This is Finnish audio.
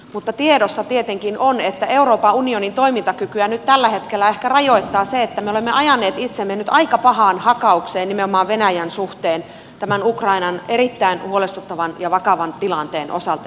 mutta tiedossa tietenkin on että euroopan unionin toimintakykyä nyt tällä hetkellä ehkä rajoittaa se että me olemme ajaneet itsemme nyt aika pahaan hakaukseen nimenomaan venäjän suhteen tämän ukrainan erittäin huolestuttavan ja vakavan tilanteen osalta